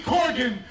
Corgan